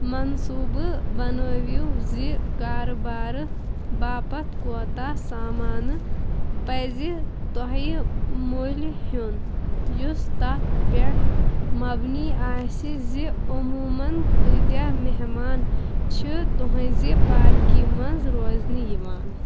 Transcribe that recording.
منصوٗبہٕ بنٲوِو زِ كاربارٕ باپتھ كوتاہ سامانہٕ پزِ تۄہہِ مٔلۍ ہٮ۪ون یُس تَتھ پٮ۪ٹھ مَبنی آسہِ زِ عموٗمَن كٲتیٛاہ مہمان چھِ تُہٕنٛزِ پاركہِ منٛز روزنہِ یوان